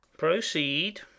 proceed